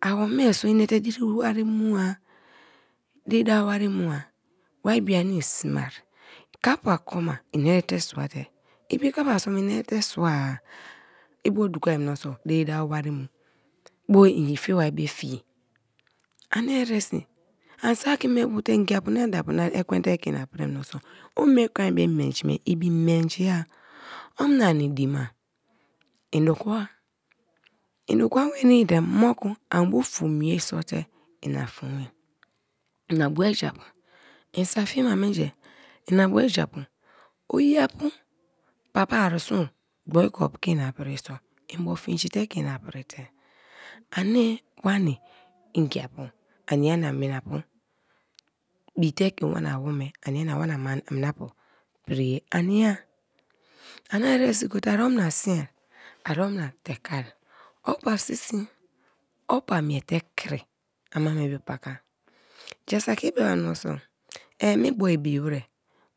Awome so inte diri wari mua, diri dawo wari mua wa bio uni sme kappa kumai i erette suate ibi koppa soi erete sua- ibo dukoar mioso diri dawo wari mu bo en ye fie ye fie ba bo fie ani eresi ani saki me mute ngiapu na daapu na kwen te keina pri mioso o mie kan be menji me ibi menji a omnani deima in dokuoa en dokua nwenii te moku an bu fom ye so te ina fom-e, ina bue japu i sa fima menji, inabue japu oyia pu pa pa arisun agbor cup ke ini pri so ibio fingite ke ina prite an wani ngia pu anian-nia minapu bite ke wani ngia pu ania-ania minapu bite ke wana wome ania ania wanamii pu priye ania, ani eresi gote ai mma siin aromna te keai o passi opa miete kri ama me bii paka ja sakii beba mense eme bo ibi wer,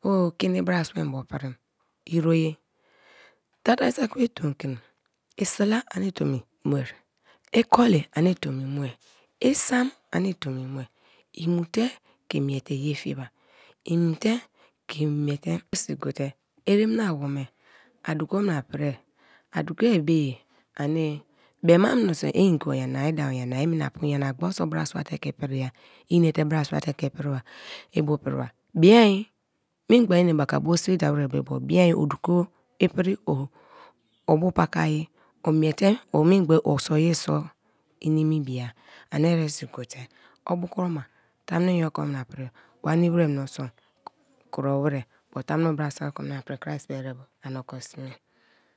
o keni brasua mbo pri iroye. Tatari saki be tomkri ise la ani tomi mua, i mu te ke mie te ye fieba imute ke miete ke miete su gote eremnawome a duke omna prii aduko me ye ani be ma minso i ngibo yama idabo nyana, i minapu nyana gbor so brasua te kei priya inate brasuate te priba ibu priba bien mingba enebaka bo si da weribo bien odukoi pri obu pakai omiete memgbe osoye so i nimi biya keomna pri wa nini we menso kuro wer kuma. Tamu ono brasua ke omna pri krist be erebo amen.